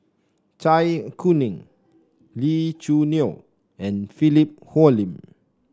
Zai Kuning Lee Choo Neo and Philip Hoalim